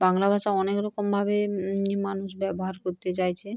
বাংলা ভাষা অনেকরকমভাবে মানুষ ব্যবহার করতে চাইছে